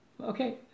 Okay